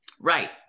Right